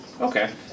Okay